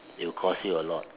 it will cost you a lot